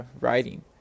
writing